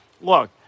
look